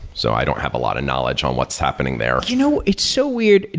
so i don't have a lot of knowledge on what's happening there. you know, it's so weird.